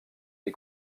des